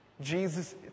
Jesus